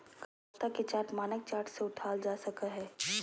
खाता के चार्ट मानक चार्ट से उठाल जा सकय हइ